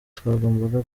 twagombaga